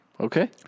Okay